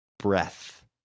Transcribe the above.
breath